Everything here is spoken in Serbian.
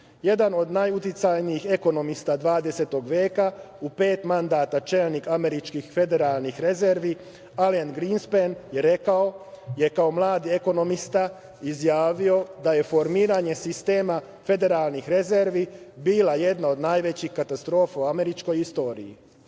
Jedan od najuticajnijih ekonomista 20. veka, u pet mandata čelnik američkih federalnih rezervi, Alen Grinspen je rekao, kao mlad ekonomista je izjavio da je formiranje sistema federalnih rezervi bila jedna od najvećih katastrofa u američkoj istoriji.